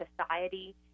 society